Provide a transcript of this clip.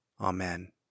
Amen